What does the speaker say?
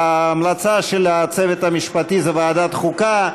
ההמלצה של הצוות המשפטי זה ועדת החוקה,